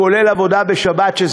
כולל עבודה בשבת,